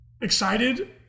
excited